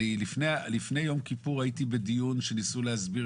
לפני יום כיפור הייתי בדיון שניסו להסביר